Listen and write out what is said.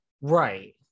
Right